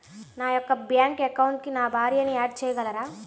నా యొక్క బ్యాంక్ అకౌంట్కి నా భార్యని యాడ్ చేయగలరా?